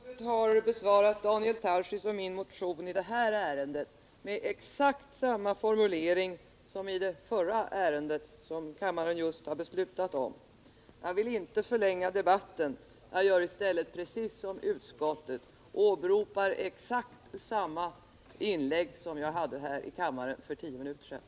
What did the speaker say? Herr talman! Utskottet har besvarat Daniel Tarschys och min motion i det här ärendet med exakt samma formulering som i det förra ärendet, som kammaren just har beslutat om. Jag vill inte förlänga debatten. Jag gör i stället precis som utskottet, åberopar just det inlägg som jag gjorde här i kammaren för tio minuter sedan.